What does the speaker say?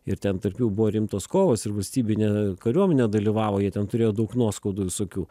ir ten tarp jų buvo rimtos kovos ir valstybinė kariuomenė dalyvavo jie ten turėjo daug nuoskaudų visokių